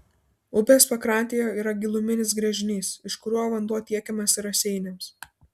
upės pakrantėje yra giluminis gręžinys iš kurio vanduo tiekiamas raseiniams